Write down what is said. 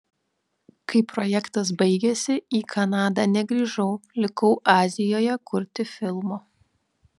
kai projektas baigėsi į kanadą negrįžau likau azijoje kurti filmo